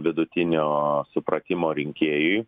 vidutinio supratimo rinkėjui